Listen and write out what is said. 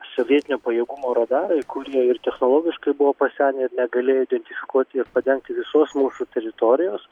sovietinio pajėgumo radarai kurie ir technologiškai buvo pasenę ir negalėjo identifikuoti ir padengti visos mūsų teritorijos